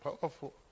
powerful